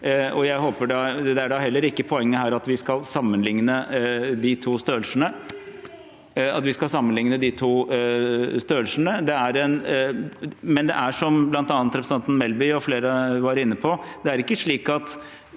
og det er da heller ikke poenget her at vi skal sammenligne de to størrelsene. Men det er, som bl.a. representanten Melby og flere var inne på, ikke slik at